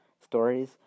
stories